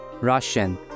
Russian